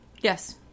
Yes